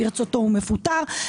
ברצותו הוא מפוטר.